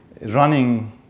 running